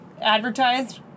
advertised